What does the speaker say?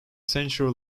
central